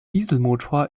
dieselmotor